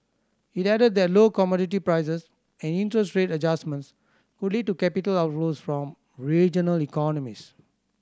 it added that low commodity prices and interest rate adjustments could lead to capital outflows from regional economies